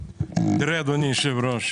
תראה, אדוני היושב ראש,